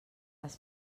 les